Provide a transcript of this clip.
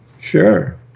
Sure